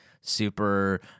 super